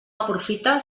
aprofita